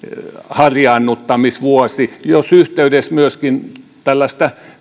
harjaannuttamisvuosi jonka yhteydessä myöskin tällaista